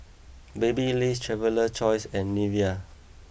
Babyliss Traveler's Choice and Nivea